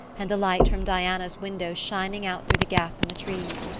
and the light from diana's window shining out through the gap in the trees.